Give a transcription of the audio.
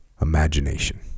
imagination